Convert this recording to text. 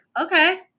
Okay